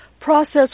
Process